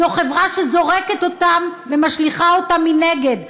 זו חברה שזורקת אותם ומשליכה אותם מנגד,